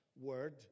word